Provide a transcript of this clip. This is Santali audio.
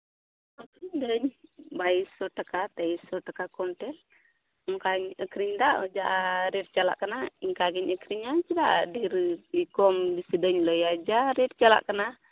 ᱵᱟᱭᱤᱥ ᱥᱚ ᱴᱟᱠᱟ ᱛᱮᱭᱤᱥ ᱥᱚ ᱴᱟᱠᱟ ᱠᱩᱭᱱᱴᱮᱹᱞ ᱚᱱᱠᱟᱧ ᱟᱹᱠᱷᱨᱤᱧ ᱫᱟ ᱡᱟ ᱨᱮᱹᱴ ᱪᱟᱞᱟᱜ ᱠᱟᱱᱟ ᱤᱱᱠᱟᱹ ᱜᱤᱧ ᱟᱹᱠᱷᱨᱤᱧᱟ ᱪᱮᱫᱟᱜ ᱰᱷᱮᱹᱨᱤᱧ ᱠᱚᱢ ᱵᱤᱥᱤ ᱵᱟᱹᱧ ᱞᱟᱹᱭᱟ ᱡᱟ ᱨᱮᱹᱴ ᱪᱟᱞᱟᱜ ᱠᱟᱱᱟ